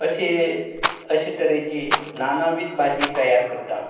अशीं अशें तरेची नानावीद भाजी तयार करता